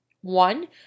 One